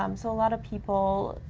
um so a lot of people